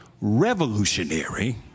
revolutionary